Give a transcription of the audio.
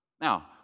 Now